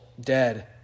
dead